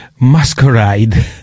masquerade